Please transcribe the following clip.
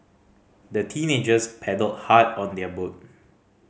the teenagers paddled hard on their boat